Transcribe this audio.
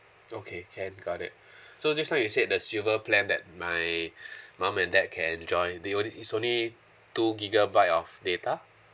okay can got it so just now you said the silver plan that my mum and dad can enjoy the only it's only two gigabyte of data